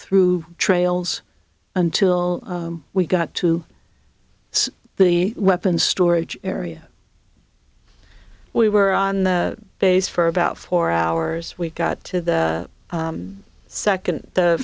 through trails until we got to the weapons storage area we were on the base for about four hours we got to the second the